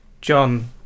John